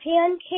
pancake